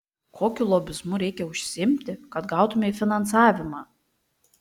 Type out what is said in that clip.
kokiu lobizmu reikia užsiimti kad gautumei finansavimą